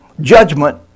judgment